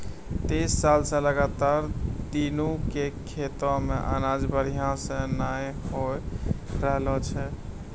तीस साल स लगातार दीनू के खेतो मॅ अनाज बढ़िया स नय होय रहॅलो छै